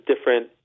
different